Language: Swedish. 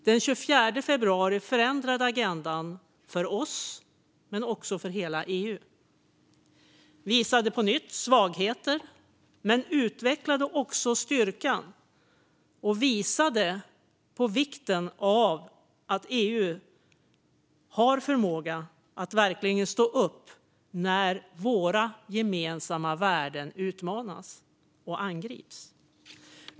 Den 24 februari förändrade agendan för oss och för hela EU. Det fanns svagheter som visade sig på nytt, men även en styrka som utvecklades. Det här visade på vikten av att EU har förmåga att verkligen stå upp när våra gemensamma värden utmanas och angrips.